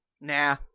Nah